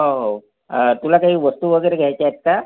हो हो तुला काही वस्तू वगैरे घ्यायच्या आहेत का